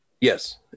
yes